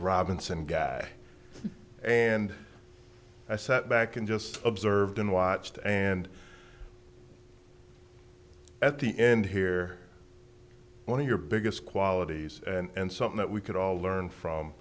robinson guy and i sat back and just observed and watched and at the end here one of your biggest qualities and something that we could all learn from